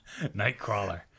Nightcrawler